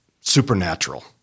supernatural